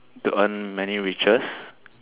to earn many riches